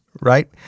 right